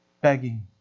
begging